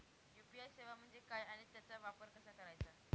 UPI सेवा म्हणजे काय आणि त्याचा वापर कसा करायचा?